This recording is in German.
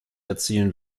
erzielen